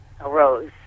arose